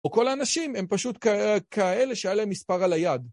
או כל האנשים הם פשוט כאלה שהיה להם מספר על היד.